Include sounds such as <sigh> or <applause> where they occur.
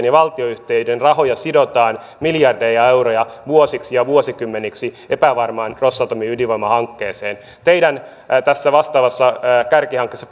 <unintelligible> ja valtioyhtiöiden rahoja sidotaan miljardeja euroja vuosiksi ja vuosikymmeniksi epävarmaan rosatomin ydinvoimahankkeeseen teidän tässä vastaavassa kärkihankkeessanne